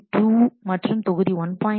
2 மற்றும் தொகுதி 1